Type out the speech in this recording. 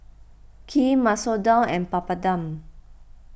Kheer Masoor Dal and Papadum